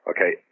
Okay